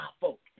folks